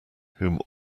whom